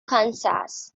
kansas